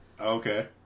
Okay